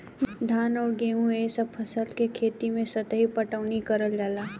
धान अउर गेंहू ए सभ फसल के खेती मे सतही पटवनी कइल जाला